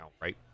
right